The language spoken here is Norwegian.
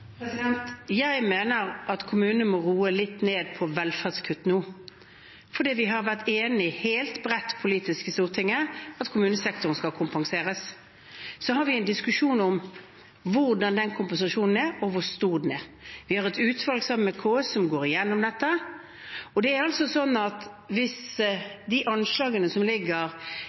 Jeg mener at kommunene må roe litt ned på velferdskutt nå, for vi har vært enige om, helt bredt politisk i Stortinget, at kommunesektoren skal kompenseres. Så har vi en diskusjon om hvordan den kompensasjonen er, og hvor stor den er. Vi har et utvalg sammen med KS som går igjennom dette.